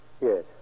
Yes